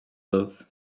love